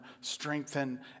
strengthen